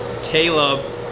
Caleb